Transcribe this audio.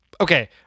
Okay